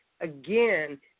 again